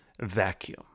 vacuum